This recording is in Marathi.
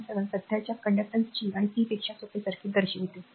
7 सध्याच्या आय कंडक्टन्स G आणि p पेक्षा सोपे सर्किट दर्शविते